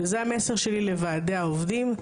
וזה המסר שלי לוועדי העובדים.